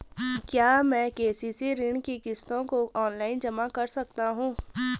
क्या मैं के.सी.सी ऋण की किश्तों को ऑनलाइन जमा कर सकता हूँ?